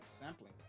sampling